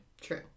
True